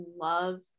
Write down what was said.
love